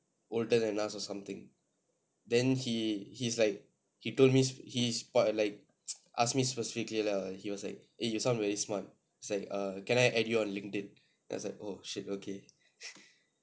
older than us or something then he he's like he told me he spot like ask me specifically lah he was like eh you sound very smart it's like err can I add you on LinkedIn is like oh shit okay